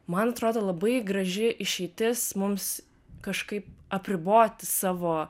man atrodo labai graži išeitis mums kažkaip apriboti savo